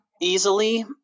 easily